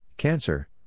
Cancer